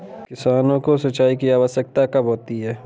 किसानों को सिंचाई की आवश्यकता कब होती है?